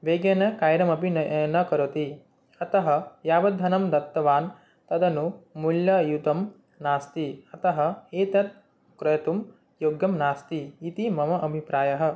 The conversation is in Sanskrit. वेगेन कार्यमपि न न करोति अतः यावत् धनं दत्तवान् तदनु मूल्ययुतं नास्ति अतः एतत् क्रेतुं योग्यं नास्ति इति मम अभिप्रायः